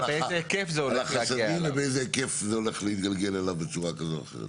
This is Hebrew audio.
היקף זה הולך להתגלגל אליו בצורה כזו או אחרת.